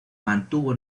mantuvo